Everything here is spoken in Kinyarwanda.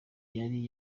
yari